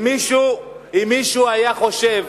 אם מישהו היה חושב,